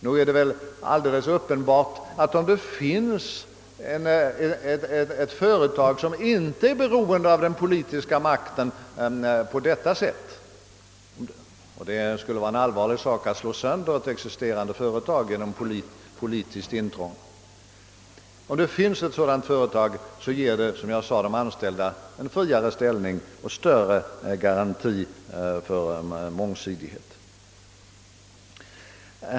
Nog är det väl uppenbart att om det finns ett företag som inte på detta sätt är beroende av den politiska makten — det skulle vara en allvarlig sak att slå sönder ett existerande självständigt företag genom politiskt intrång — får de anställda en friare ställning och större garanti för mångsidighet.